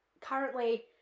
currently